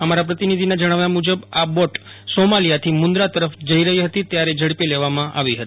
અમારા પ્રતિનિધિના જણાવ્યા મુજબ આ બોટ સોમાલિયાથી મુન્દ્રા તરફ જઇ રહી હતી ત્યારે ઝડપી લેવામાં આવી હતી